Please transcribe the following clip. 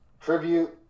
tribute